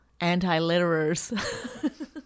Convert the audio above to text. anti-litterers